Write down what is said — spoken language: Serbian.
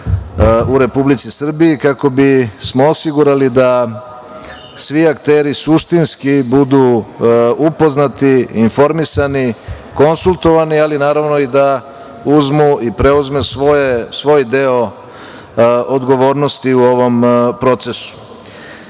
u Republici Srbiji, kako bismo osigurali da svi akteri suštinski budu upoznati i informisani, konsultovani, ali naravno i da uzmu i preuzmu svoj deo odgovornosti u ovom procesu. Ideja